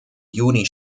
juni